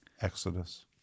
Exodus